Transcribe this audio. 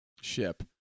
ship